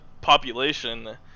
population